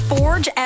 Forge